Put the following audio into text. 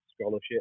Scholarship